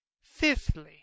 Fifthly